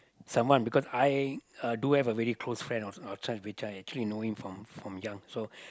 someone because I uh do have a really closed friend out~ outside which I actually know him from from young so